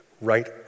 right